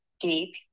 deep